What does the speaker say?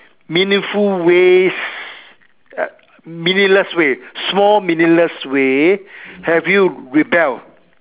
meaningful ways uh meaningless small meaningless way have you rebelled